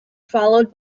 followed